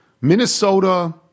Minnesota